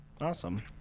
awesome